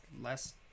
less